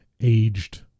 aged